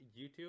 youtube